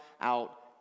out